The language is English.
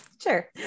Sure